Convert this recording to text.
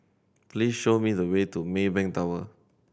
please show me the way to Maybank Tower